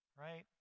Right